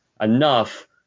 enough